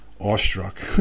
awestruck